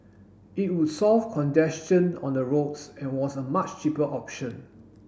it would solve congestion on the roads and was a much cheaper option